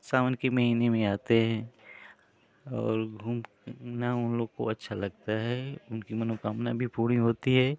सावन के महीने में आते हैं और घूमना उन लोग को अच्छा लगता है उनकी मनोकामना भी पूरी होती है